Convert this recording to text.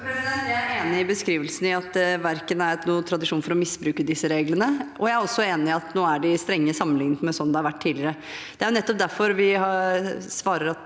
Jeg er enig i be- skrivelsen av at det ikke er noen tradisjon for å misbruke disse reglene, og jeg er også enig i at de nå er strenge sammenlignet med sånn de har vært tidligere. Det er nettopp derfor jeg